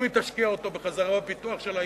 אם היא תשקיע אותו בחזרה בפיתוח שלה,